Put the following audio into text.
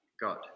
God